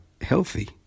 healthy